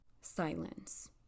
Silence